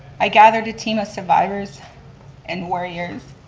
i gathered a team of survivors and warriors,